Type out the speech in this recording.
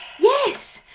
yes,